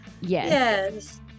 Yes